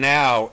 now